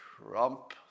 Trump